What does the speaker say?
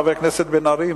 חבר הכנסת בן-ארי,